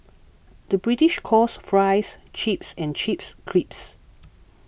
the British calls Fries Chips and Chips Crisps